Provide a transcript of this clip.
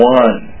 one